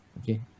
okay